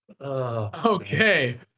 Okay